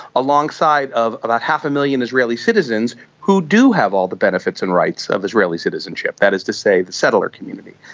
alongside of about half a million israeli citizens who do have all the benefits and rights of israeli citizenship, that is to say the settler community?